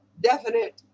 definite